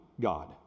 God